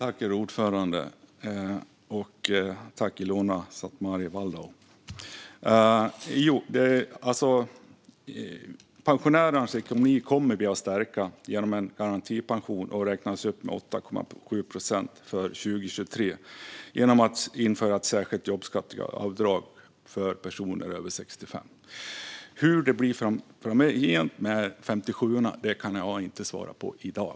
Herr talman! Pensionärernas ekonomi kommer vi att stärka genom garantipensionen, som räknas upp med 8,7 procent för 2023, och genom att införa ett särskilt jobbskatteavdrag för personer över 65. Hur det blir framgent med 57:orna kan jag inte svara på i dag.